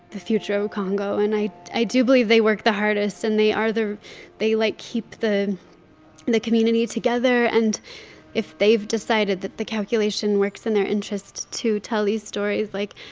the future of congo. and i i do believe they work the hardest. and they are the they, like, keep the the community together. and if they've decided that the calculation works in their interests to tell these stories, like,